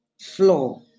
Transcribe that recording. floor